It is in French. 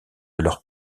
leur